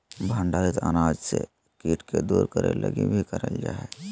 भंडारित अनाज से कीट के दूर करे लगी भी करल जा हइ